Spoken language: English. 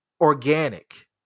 organic